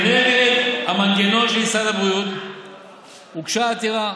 כנגד המנגנון של משרד הבריאות הוגשה עתירה,